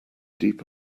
deep